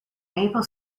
maple